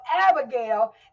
Abigail